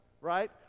right